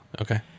Okay